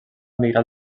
emigrar